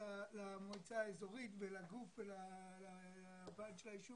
למועצה האזורית ולגוף ולוועד של היישוב